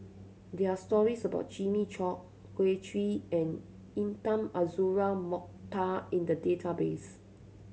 there are stories about Jimmy Chok Kin Chui and Intan Azura Mokhtar in the database